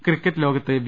cricket ലോകത്ത് V